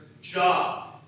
job